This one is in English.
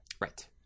Right